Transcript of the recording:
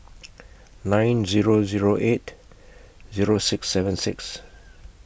nine Zero Zero eight Zero six seven six